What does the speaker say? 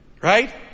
Right